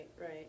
right